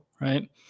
right